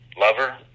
lover